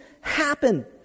happen